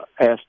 asked